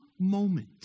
moment